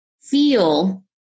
feel